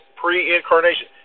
pre-incarnation